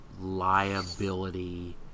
liability